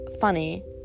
funny